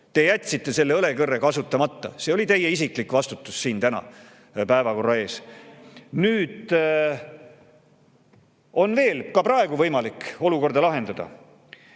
Te jätsite selle õlekõrre kasutamata, see oli teie isiklik vastutus tänase päevakorra eest. Ka veel praegu on võimalik olukorda lahendada.